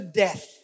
death